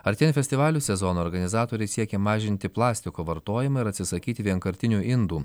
artėjant festivalių sezono organizatoriai siekia mažinti plastiko vartojimą ir atsisakyti vienkartinių indų